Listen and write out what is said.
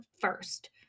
first